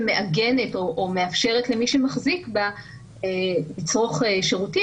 מעגנת או מאפשרת למי שמחזיק בה לצורך שירותים,